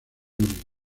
unido